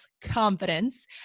confidence